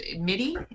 midi